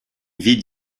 ville